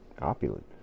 opulent